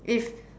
if